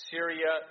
Syria